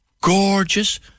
Gorgeous